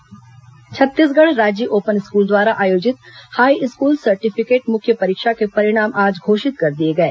open school परिणाम छत्तीसगढ़ राज्य open school द्वारा आयोजित हाईस्कूल सर्टिफिकेट मुख्य परीक्षा के परिणाम आज घोषित कर दिए गए